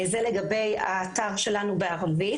זה לגבי האתר שלנו בערבית.